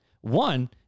One